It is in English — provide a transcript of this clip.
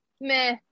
meh